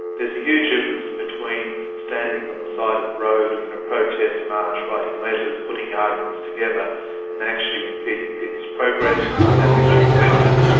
there's a huge difference between standing um the side of a road in a protest march, writing letters, putting arguments together and actually impeding people's progress, damaging equipment,